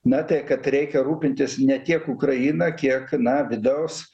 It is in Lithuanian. na tai kad reikia rūpintis ne tiek ukraina kiek na vidaus